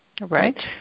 Right